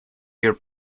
your